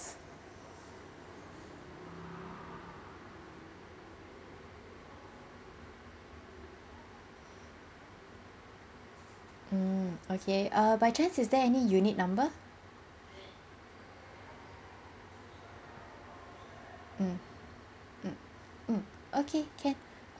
mm okay err by chance is there any unit number mm mm mm okay can